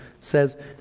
says